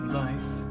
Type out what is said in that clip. life